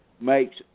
makes